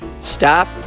stop